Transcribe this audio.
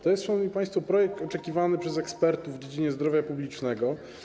To jest, szanowni państwo, projekt oczekiwany przez ekspertów w dziedzinie zdrowia publicznego.